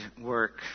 work